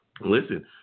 Listen